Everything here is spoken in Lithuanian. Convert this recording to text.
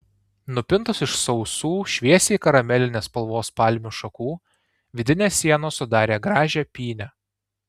nupintos iš sausų šviesiai karamelinės spalvos palmių šakų vidinės sienos sudarė gražią pynę